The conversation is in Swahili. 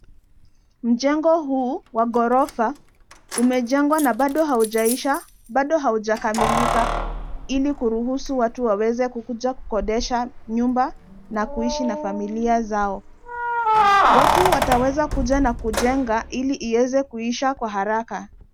Mjengo huu wa ghorofa umejengwa na bado haujaisha, bado hujakamilika ili kuruhusu watu waweze kukuja kukodesha nyumba na kuishi na familia zao. Watu wataweza kuja na kujenga ili iweze kuisha kwa haraka.